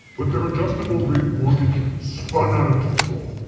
but their adjustable rate mortgage spun out of control.